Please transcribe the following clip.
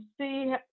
see